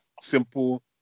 simple